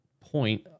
point